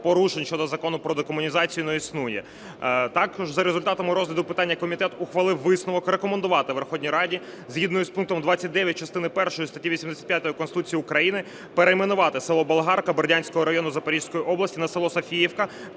порушень щодо Закону про декомунізацію не існує. Також за результатами розгляду питання комітет ухвалив висновок рекомендувати Верховній Раді згідно із пунктом 29 частини першої статті 85 Конституції України перейменувати село Болгарка Бердянського району Запорізької області на село Софіївка,